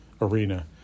arena